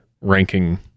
ranking